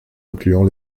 incluant